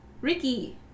ricky